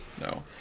No